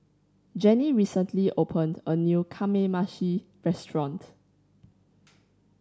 Gennie recently opened a new Kamameshi Restaurant